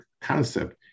concept